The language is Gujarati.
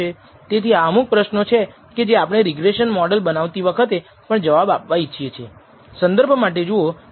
તેથી આ અમુક પ્રશ્નો છે કે જે આપણે રિગ્રેસન મોડલ બનાવતી વખતે પણ જવાબ આપવા ઈચ્છીએ